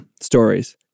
stories